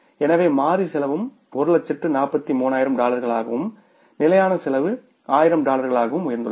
எனவே மாறி செலவும் 143000 டாலர்களாகவும் நிலையான செலவு 1000 டாலர்களாகவும் உயர்ந்துள்ளது